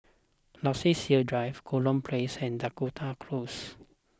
Luxus Hill Drive Kurau Place and Dakota Close